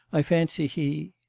i fancy he.